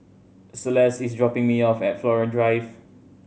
Celeste is dropping me off at Flora Drive